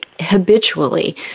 habitually